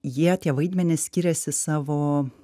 jie tie vaidmenys skiriasi savo